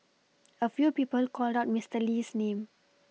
a few people called out Mister Lee's name